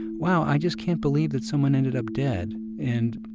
wow, i just can't believe that someone ended up dead. and,